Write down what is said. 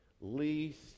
least